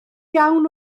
iawn